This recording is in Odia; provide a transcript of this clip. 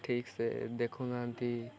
ଠିକ୍ସେ ଦେଖୁନାହାନ୍ତି